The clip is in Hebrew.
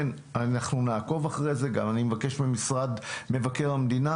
אנחנו נעקוב אחרי זה ואני גם מבקש ממשרד מבקר המדינה